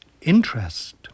interest